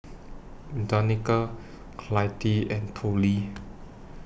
Danika Clytie and Tollie